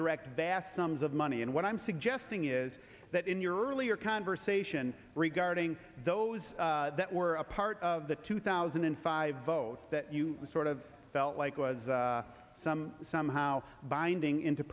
direct vast sums of money and what i'm suggesting is that in your earlier conversation regarding those that were a part of the two thousand and five vote that you sort of felt like was somehow binding into